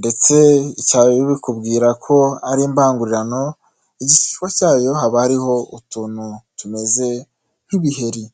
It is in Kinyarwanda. ndetse icya bikubwira ko ari imbangurirano, igishishwa cyayo haba hariho utuntu tumeze nk'ibiheri.